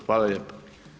Hvala lijepo.